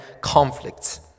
conflicts